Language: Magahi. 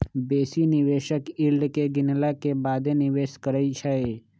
बेशी निवेशक यील्ड के गिनला के बादे निवेश करइ छै